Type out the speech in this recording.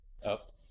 Up